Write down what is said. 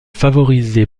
favorisée